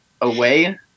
away